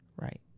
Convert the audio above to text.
right